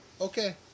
Okay